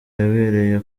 yabereye